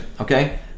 Okay